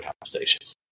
conversations